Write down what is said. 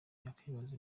yakwibaza